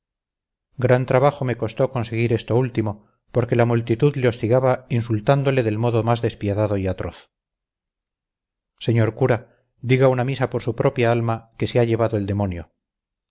gran trabajo me costó conseguir esto último porque la multitud le hostigaba insultándole del modo más despiadado y atroz señor cura diga una misa por su propia alma que se ha llevado el demonio